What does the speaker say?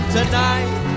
Tonight